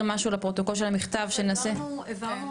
שנספיק